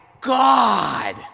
god